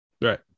Right